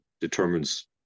determines